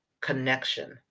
connection